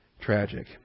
tragic